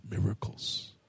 miracles